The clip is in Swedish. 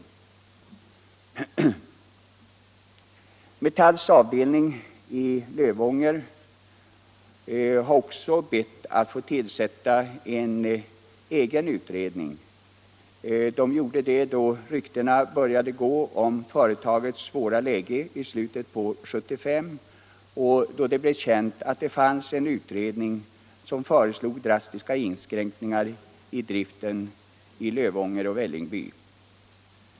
169 Metalls avdelning i Lövånger har också bett att få tillsätta en egen utredning. Man gjorde det då ryktena i slutet av 1975 började gå om företagets svåra läge och då det blev känt att det fanns en utredning som föreslog drastiska inskränkningar i driften i Lövånger och Vällingby.